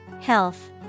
Health